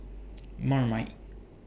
Marmite